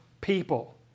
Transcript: people